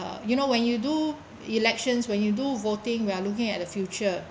uh you know when you do elections when you do voting we are looking at the future